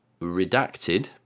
redacted